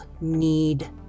need